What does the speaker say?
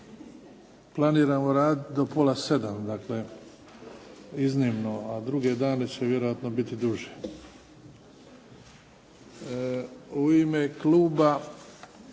planiramo raditi do pola 7, dakle iznimno, a druge dane će vjerojatno biti duže. U ime kluba